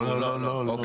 לא, לא.